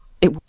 It-